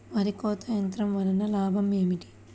వరి కోత యంత్రం వలన లాభం ఏమిటి?